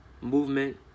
movement